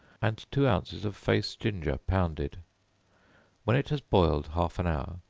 and two ounces of face ginger pounded when it has boiled half an hour,